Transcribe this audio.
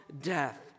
death